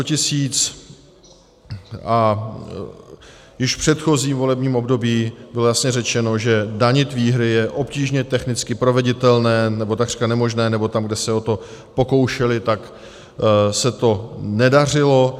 Již v předchozím volebním období bylo jasně řečeno, že danit výhry je obtížně technicky proveditelné, nebo takřka nemožné, nebo tam, kde se o to pokoušeli, tak se to nedařilo.